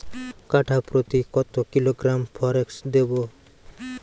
কাঠাপ্রতি কত কিলোগ্রাম ফরেক্স দেবো?